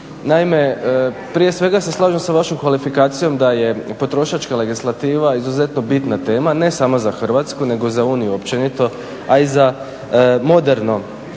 Naime, prije svega se slažem sa vašom kvalifikacijom da je potrošačka legislativa izuzetno bitna tema, ne samo za Hrvatsku, nego za Uniju općenito, a i za moderno,